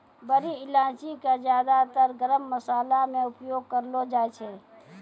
बड़ी इलायची कॅ ज्यादातर गरम मशाला मॅ उपयोग करलो जाय छै